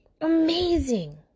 amazing